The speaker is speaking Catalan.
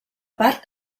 part